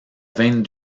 vingt